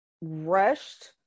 rushed